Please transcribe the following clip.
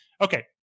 Okay